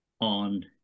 on